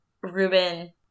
ruben